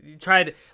tried